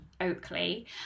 oakley